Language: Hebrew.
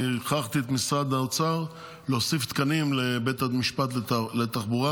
הכרחתי את משרד האוצר להוסיף תקנים לבית המשפט לתעבורה.